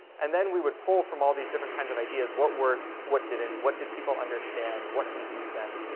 and then we would pull from all these different kinds of ideas what worked, what didn't, what did people understand, what confused them.